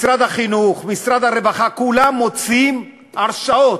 משרד החינוך, משרד הרווחה, כולם מוציאים הרשאות.